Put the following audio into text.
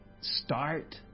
Start